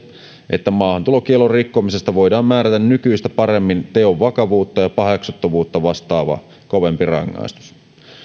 että maahantulokiellon rikkomisesta voidaan määrätä nykyistä paremmin teon vakavuutta ja paheksuttavuutta vastaava kovempi rangaistus